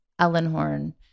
Ellenhorn